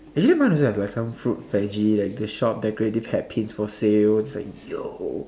eh mine also have like some fruit veggie like the shop decorative hats pins for sale so yo